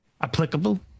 applicable